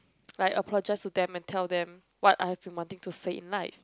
like apologise to them and tell what I have been wanting to say in life